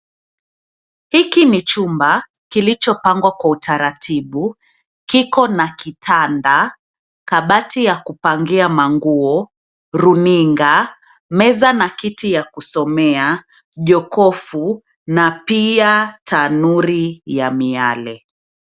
Hiki ni chumba kilichopangwa kwa utaratibu. Kiko na kitanda, kabati ya kupangia manguo, runinga, meza na kiti ya kusomea, jokofu na pia tanuri ya miale.